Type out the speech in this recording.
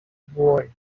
boy